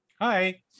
Hi